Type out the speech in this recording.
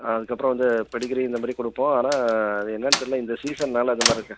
அதுக்கப்புறோம் வந்து பெடிகிரி இந்த மாதிரி கொடுப்போம் ஆனால் அது என்னன்னு தெர்லை இந்த சீசன்னால அந்த மாதிரி இருக்கா